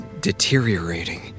deteriorating